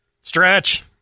Stretch